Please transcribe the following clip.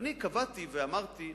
ואני קבעתי ואמרתי,